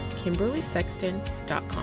KimberlySexton.com